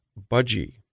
Budgie